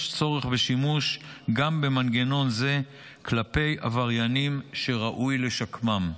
יש צורך בשימוש במנגנון זה גם כלפי עבריינים שראוי לשקמם.